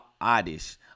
oddish